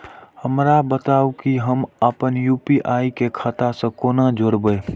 हमरा बताबु की हम आपन यू.पी.आई के खाता से कोना जोरबै?